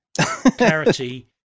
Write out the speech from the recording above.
Clarity